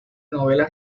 novelas